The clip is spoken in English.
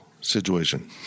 situation